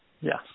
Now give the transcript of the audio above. Yes